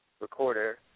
recorder